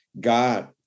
God